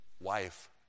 wife